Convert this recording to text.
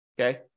Okay